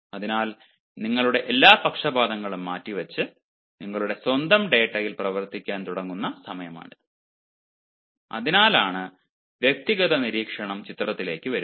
അതിനാൽ നിങ്ങളുടെ എല്ലാ പക്ഷപാതങ്ങളും മാറ്റിവച്ച് നിങ്ങളുടെ സ്വന്തം ഡാറ്റയിൽ പ്രവർത്തിക്കാൻ തുടങ്ങുന്ന സമയമാണിത് അതിനാലാണ് വ്യക്തിഗത നിരീക്ഷണം ചിത്രത്തിലേക്ക് വരുന്നത്